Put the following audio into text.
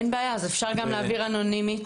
אין בעיה, אפשר גם להעביר אנונימית.